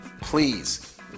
please